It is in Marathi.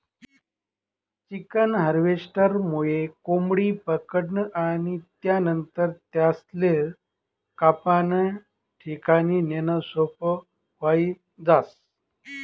चिकन हार्वेस्टरमुये कोंबडी पकडनं आणि त्यानंतर त्यासले कापाना ठिकाणे नेणं सोपं व्हयी जास